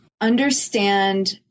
understand